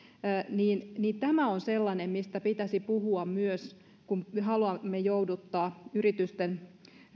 niin tämä on sellainen mistä pitäisi puhua myös kun me haluamme jouduttaa yritysten